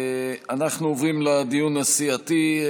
אנחנו עוברים לדיון הסיעתי,